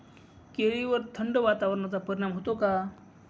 केळीवर थंड वातावरणाचा परिणाम होतो का?